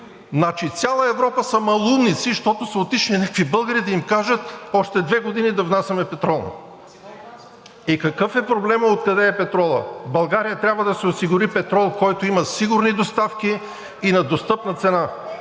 Значи, цяла Европа са малоумници, защото са отишли някакви българи, за да им кажат още 2 години да внасяме петрола. (Реплики.) Какъв е проблемът откъде е петролът? България трябва да си осигури петрол, който има сигурни доставки и на достъпна цена.